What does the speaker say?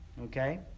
okay